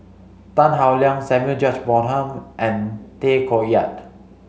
Tan Howe Liang Samuel George Bonham and Tay Koh Yat